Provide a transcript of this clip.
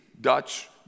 Dutch